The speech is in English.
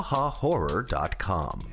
HaHaHorror.com